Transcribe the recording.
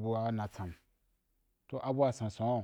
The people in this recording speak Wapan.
bua na san’. Abua sansan’u.